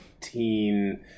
teen